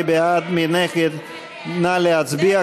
כי הוסרו כל ההסתייגויות,